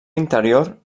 interior